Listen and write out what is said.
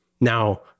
Now